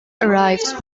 arrived